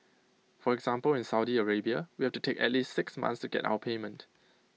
for example in Saudi Arabia we have to take at least six months to get our payment